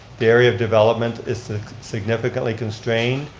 the area of development is significantly constrained.